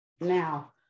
Now